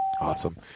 awesome